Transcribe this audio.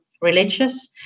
religious